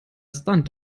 stunt